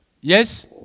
Yes